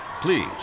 Please